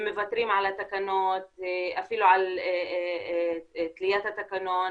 הם מוותרים על התקנות, אפילו על תליית התקנון,